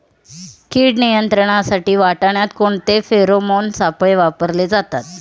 कीड नियंत्रणासाठी वाटाण्यात कोणते फेरोमोन सापळे वापरले जातात?